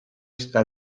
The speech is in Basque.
zituzten